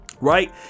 right